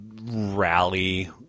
rally